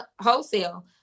wholesale